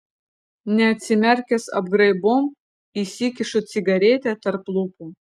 neatsimerkęs apgraibom įsikišu cigaretę tarp lūpų